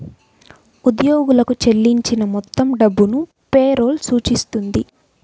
ఉద్యోగులకు చెల్లించిన మొత్తం డబ్బును పే రోల్ సూచిస్తుంది